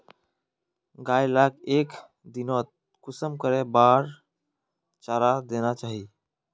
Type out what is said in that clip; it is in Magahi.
गाय लाक एक दिनोत कुंसम करे बार चारा देना चही?